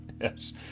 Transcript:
Yes